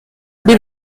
been